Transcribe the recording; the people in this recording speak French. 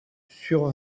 sur